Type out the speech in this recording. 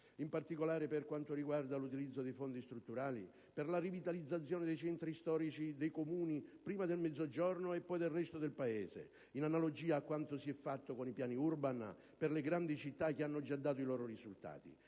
In particolare, essa riguarda l'utilizzo dei fondi strutturali per la rivitalizzazione dei centri storici dei piccoli Comuni, prima del Meridione e poi del resto del Paese, in analogia con quanto si è fatto con i piani Urban per le grandi città, che hanno già dato i loro risultati.